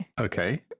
Okay